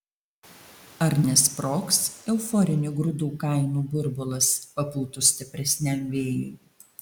ar nesprogs euforinių grūdų kainų burbulas papūtus stipresniam vėjui